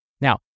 Now